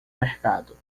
mercado